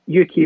UK